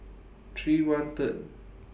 three one Third